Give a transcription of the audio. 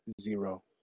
zero